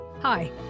Hi